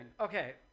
okay